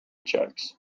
checks